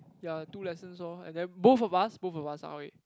ya two lessons lor and then both of us both of us ah wei